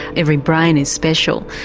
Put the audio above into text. every brain is special,